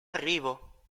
arrivo